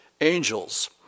angels